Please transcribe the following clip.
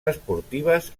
esportives